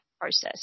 process